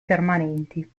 permanenti